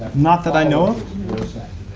not that i know